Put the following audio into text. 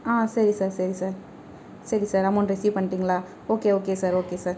ஆ சரி சார் சரி சார் சரி சார் அமவுண்டு ரிசீவ் பண்ணிட்டிங்களா okay okay sir okay sir